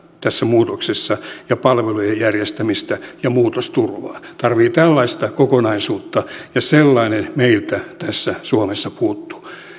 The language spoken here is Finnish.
tässä muutoksessa ja palvelujen järjestämistä ja muutosturvaa tarvitaan tällaista kokonaisuutta ja sellainen meiltä tässä suomessa puuttuu